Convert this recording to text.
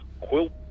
quilt